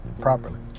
properly